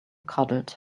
cuddled